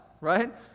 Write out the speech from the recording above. right